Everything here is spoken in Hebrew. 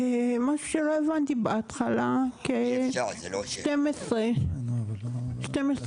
משהו שלא הבנתי בהתחלה כ-12 שנים,